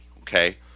okay